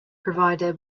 provider